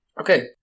Okay